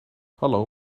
hallo